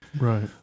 Right